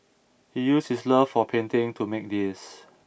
he used his love of painting to make these